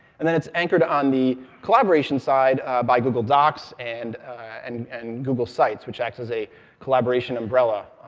and then it's anchored on the collaboration side by google docs and and and google sites, which acts as a collaboration umbrella,